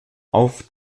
auf